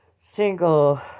single